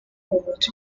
homogeneous